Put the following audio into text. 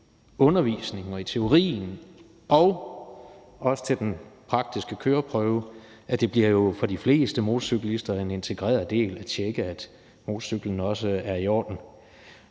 undervisningen og også ved den praktiske køreprøve, at det for de fleste motorcyklister bliver en integreret del at tjekke, at motorcyklen er i orden